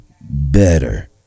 better